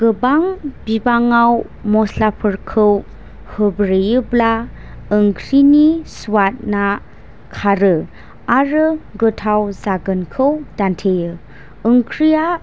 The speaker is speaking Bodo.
गोबां बिबाङाव मस्लाफोरखौ होब्रेयोब्ला ओंख्रिनि स्वादआ खारो आरो गोथाव जागोनखौ दान्थेयो ओंख्रिया